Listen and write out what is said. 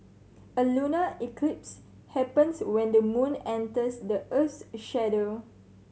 a lunar eclipse happens when the moon enters the earth's a shadow